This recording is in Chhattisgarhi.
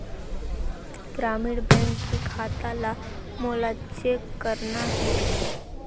ग्रामीण बैंक के खाता ला मोला चेक करना हे?